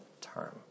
term